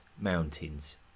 Mountains